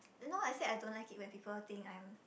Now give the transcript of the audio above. you know I said I don't like it when people think I'm